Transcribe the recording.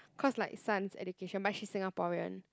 cause like son's education but she Singaporean